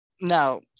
Now